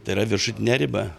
tai yra viršutinę ribą